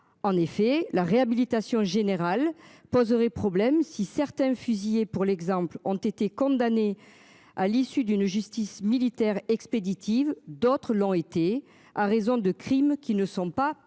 En effet, la réhabilitation générale poserait problème si certains fusillés pour l'exemple, ont été condamnés à l'issue d'une justice militaire expéditive. D'autres l'ont été à raison de crimes qui ne sont pas pardonnable.